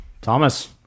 Thomas